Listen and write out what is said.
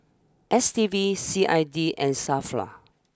S T B C I D and Safra